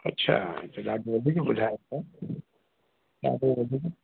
अच्छा त ॾाढो वधीक ॿुधायो था ॾाढो वधीक